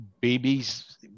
babies